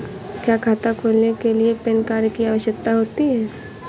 क्या खाता खोलने के लिए पैन कार्ड की आवश्यकता होती है?